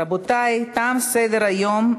רבותי, תם סדר-היום.